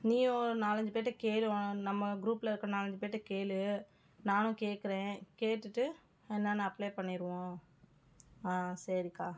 நீயும் நாலஞ்சு பேர்கிட்ட கேள் நம்ம க்ரூப்ல இருக்க நாலஞ்சு பேர்கிட்ட கேள் நானும் கேட்குறேன் கேட்டுட்டு என்னன்னு அப்ளை பண்ணிருவோம் ஆ சரிக்கா